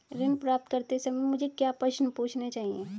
ऋण प्राप्त करते समय मुझे क्या प्रश्न पूछने चाहिए?